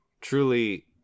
Truly